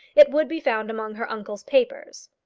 it would be found among her uncle's papers.